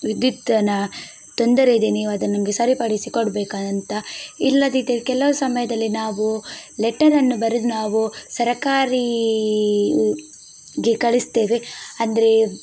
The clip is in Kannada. ವಿದ್ಯುತ್ನ ತೊಂದರೆ ಇದೆ ನೀವು ಅದನ್ನ ನಮಗೆ ಸರಿಪಡಿಸಿ ಕೊಡಬೇಕೂ ಅಂತ ಇಲ್ಲದಿದ್ದರೆ ಕೆಲವು ಸಮಯದಲ್ಲಿ ನಾವೂ ಲೆಟರನ್ನು ಬರೆದು ನಾವೂ ಸರ್ಕಾರಿ ಗೆ ಕಳಿಸ್ತೇವೆ ಅಂದರೆ